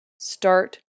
Start